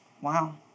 Wow